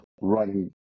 running